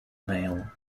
mail